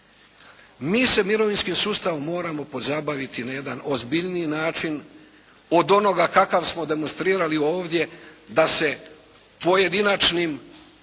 Mi se mirovinskim sustavom moramo pozabaviti na jedan ozbiljniji način od onoga kakav smo demonstrirali ovdje da se pojedinačnim davanjima